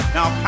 Now